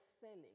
selling